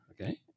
okay